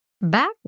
back